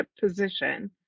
position